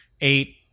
eight